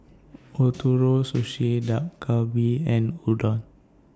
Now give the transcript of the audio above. Ootoro Sushi Dak Galbi and Udon